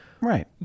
Right